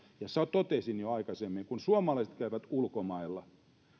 totesin jo aikaisemmin että kun suomalaiset käyvät ulkomailla